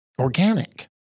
organic